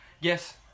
yes